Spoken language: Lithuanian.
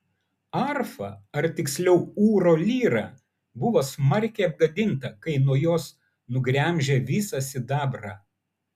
arfa ar tiksliau ūro lyra buvo smarkiai apgadinta kai nuo jos nugremžė visą sidabrą